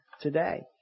today